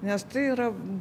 nes tai yra